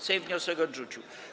Sejm wniosek odrzucił.